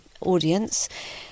audience